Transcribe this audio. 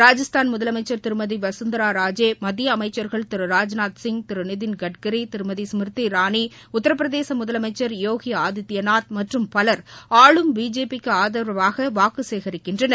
ராஜஸ்தான் முதலமைச்சா் திருமதி வசுந்தரா ராஜே மத்திய அமைச்சா்கள் திரு ராஜ்நாத் சிங் திரு நிதின் கட்கரி திருமதி ஸ்மிருதி இராணி உத்திரபிரதேச முதலமைச்சர் யோகி ஆதித்யநாத் மற்றும் பவள் ஆளும் பிஜேபிக்கு ஆதரவாக வாக்கு சேகரிக்கின்றனர்